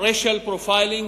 racial profile,